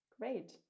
Great